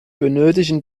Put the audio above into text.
benötigen